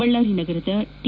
ಬಳ್ಳಾರಿ ನಗರದ ಟಿ